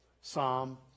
Psalm